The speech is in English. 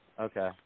Okay